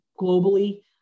globally